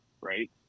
right